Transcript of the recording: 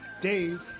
Dave